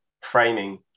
framing